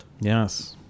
Yes